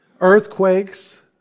earthquakes